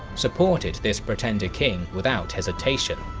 supported this pretender king without hesitation.